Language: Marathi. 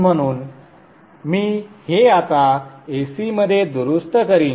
म्हणून मी हे आता Ac मध्ये दुरुस्त करीन